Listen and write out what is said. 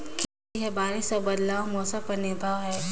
खेती ह बारिश अऊ बदलत मौसम पर निर्भर हे